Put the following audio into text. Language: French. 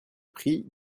prix